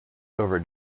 over